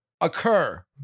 occur